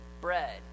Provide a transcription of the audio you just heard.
bread